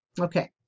okay